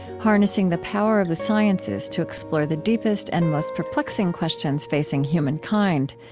harnessing the power of the sciences to explore the deepest and most perplexing questions facing human kind.